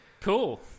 cool